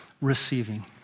receiving